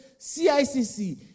CICC